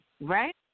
Right